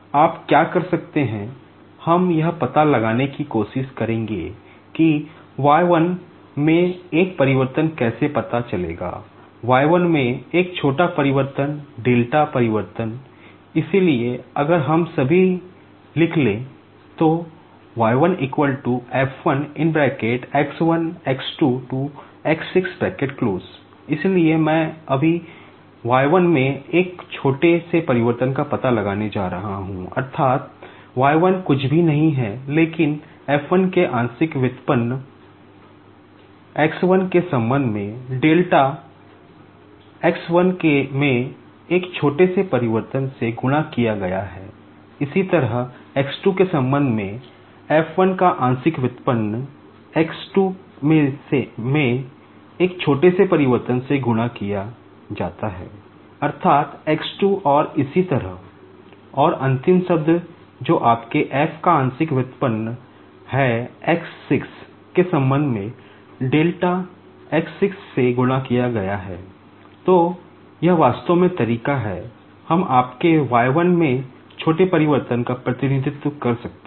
तो आप क्या कर सकते हैं हम यह पता लगाने की कोशिश करेंगे कि y 1 में एक परिवर्तन कैसे पता चलेगा y 1 में एक छोटा परिवर्तन डेल्टा कर सकते हैं